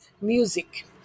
music